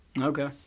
Okay